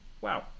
Wow